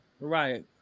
Right